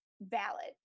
valid